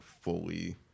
fully